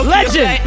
Legend